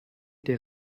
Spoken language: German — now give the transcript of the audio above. der